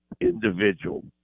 individual